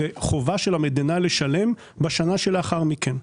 חובה של המדינה לשלם בשנה שלאחר מכן.